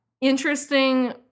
interesting